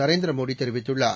நரேந்திரமோடிதெரிவித்துள்ளார்